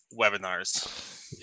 webinars